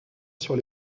sur